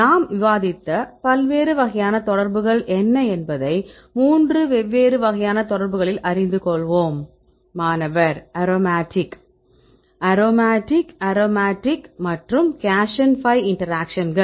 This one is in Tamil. நாம் விவாதித்த பல்வேறு வகையான தொடர்புகள் என்ன என்பதை மூன்று வெவ்வேறு வகையான தொடர்புகளில் அறிந்துகொள்வோம் மாணவர் அரோமடிக் அரோமடிக் அரோமடிக் மற்றும் கேஷன் பை இன்டராக்ஷன்கள்